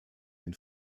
den